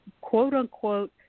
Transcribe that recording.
quote-unquote